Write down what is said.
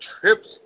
Trips